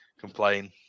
complain